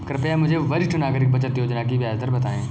कृपया मुझे वरिष्ठ नागरिक बचत योजना की ब्याज दर बताएं